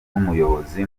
n’umuyobozi